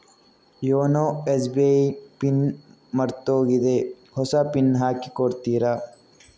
YONO SBI ನ pin ಮರ್ತೋಗಿದೆ ಹೊಸ ಪಿನ್ ಹಾಕಿ ಕೊಡ್ತೀರಾ?